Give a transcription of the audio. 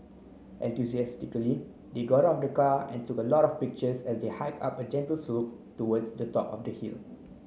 enthusiastically they got out of the car and took a lot of pictures as they hike up a gentle slope towards the top of the hill